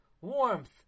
warmth